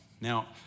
Now